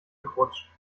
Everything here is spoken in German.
gerutscht